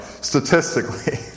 statistically